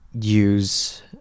use